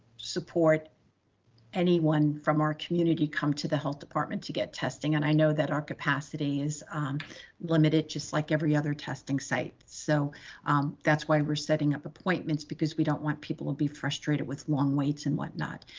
support anyone from our community, come to the health department to get testing. and i know that our capacity is limited just like every other testing site. so that's why we're setting up appointments because we don't want people to be frustrated with long waits and whatnot.